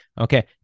Okay